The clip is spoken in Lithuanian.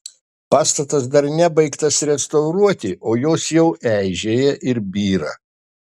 pastatas dar nebaigtas restauruoti o jos jau eižėja ir byra